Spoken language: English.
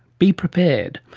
be prepared.